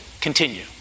continue